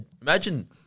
imagine